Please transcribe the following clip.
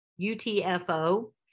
UTFO